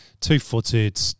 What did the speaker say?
Two-footed